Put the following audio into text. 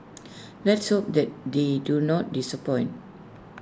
let's hope that they do not disappoint